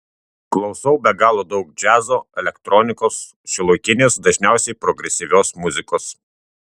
klausau be galo daug džiazo elektronikos šiuolaikinės dažniausiai progresyvios muzikos